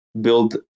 build